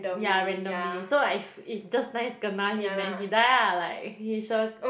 ya randomly so like if just nice kena him then he die ah like he sure